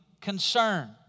concern